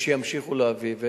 ושימשיכו להביא.